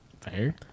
Fair